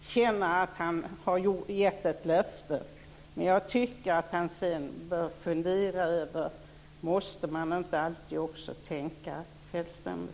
känner att han har gett ett löfte. Men jag tycker att han bör fundera över om man inte alltid måste tänka självständigt.